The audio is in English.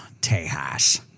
Tejas